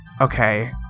Okay